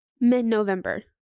mid-November